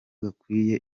gakwiye